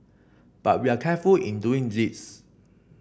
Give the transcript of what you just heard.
but we are careful in doing this